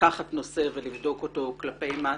לקחת נושא ולבדוק אותו כלפי מטה.